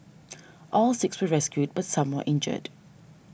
all six were rescued but some were injured